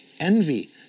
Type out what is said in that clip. Envy